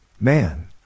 Man